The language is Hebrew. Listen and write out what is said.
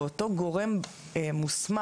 ואותו גורם מוסמך,